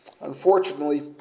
Unfortunately